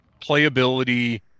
playability